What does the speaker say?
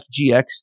FGX